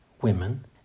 women